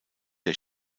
der